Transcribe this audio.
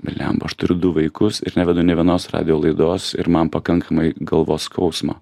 blemba aš turiu du vaikus ir nevedu nė vienos radijo laidos ir man pakankamai galvos skausmo